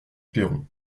perron